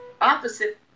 opposite